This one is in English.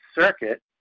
Circuit